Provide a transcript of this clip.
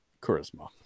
charisma